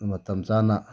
ꯃꯇꯝ ꯆꯥꯅ